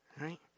right